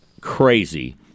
crazy